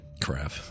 Crap